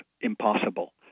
impossible